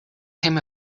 him